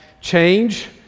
change